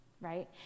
right